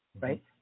right